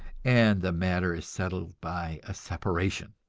and the matter is settled by a separation.